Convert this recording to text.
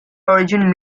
origin